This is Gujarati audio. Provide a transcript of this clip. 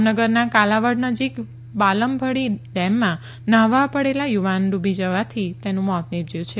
જામનગરના કાલાવડ નજીક બાલંભડી ડેમમાં ન્હાવા પડેલા યુવાનનું ડુબી જતાં મોત નિપજ્યું છે